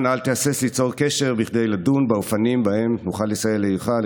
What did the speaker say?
אנא אל תהסס ליצור קשר בכדי לדון באופנים בהם נוכל לסייע לעירך".